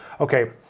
okay